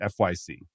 fyc